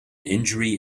injury